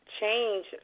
change